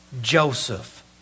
Joseph